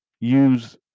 use